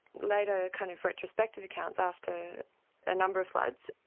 later kind of retrospective accounts after a number of floods,